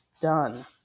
Done